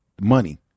money